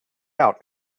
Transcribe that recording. out